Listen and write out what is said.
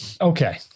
Okay